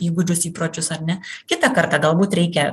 įgūdžius įpročius ar ne kitą kartą galbūt reikia